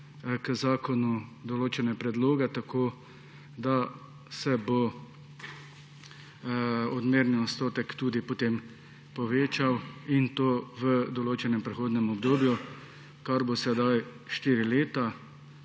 k zakonu določene predloge tako, da se bo odmerni odstotek povečal, in to v določenem prehodnem obdobju, kar bo sedaj štiri leta.